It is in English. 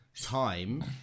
time